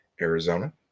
Arizona